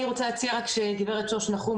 אני רוצה להציע שגברת שוש נחום,